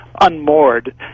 unmoored